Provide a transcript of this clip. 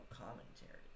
commentary